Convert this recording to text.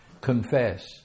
Confess